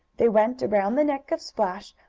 they went around the neck of splash,